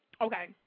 Okay